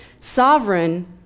sovereign